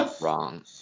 Wrong